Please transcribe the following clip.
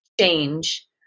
change